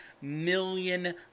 million